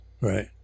right